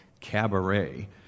Cabaret